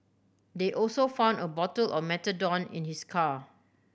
they also found a bottle of methadone in his car